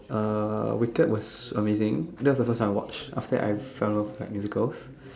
uh wicked was amazing that was first time I watched after that I fell in love with like musicals